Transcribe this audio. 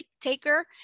taker